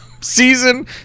season